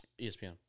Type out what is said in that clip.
ESPN